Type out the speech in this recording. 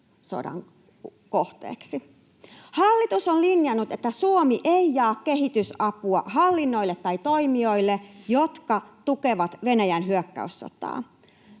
kohteeksi? Hallitus on linjannut, että Suomi ei jaa kehitysapua hallinnoille tai toimijoille, jotka tukevat Venäjän hyökkäyssotaa.